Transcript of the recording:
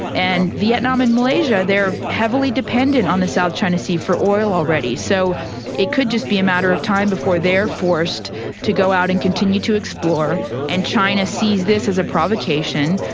and vietnam and malaysia, they're heavily dependent on the south china sea for oil already. so it could just be a matter of time before they're forced to go out and continue to explore and china sees this as a provocation,